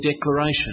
declaration